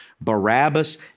Barabbas